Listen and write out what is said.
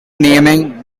naming